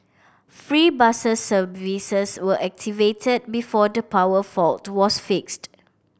free bus services were activated before the power fault to was fixed